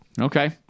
okay